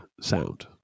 sound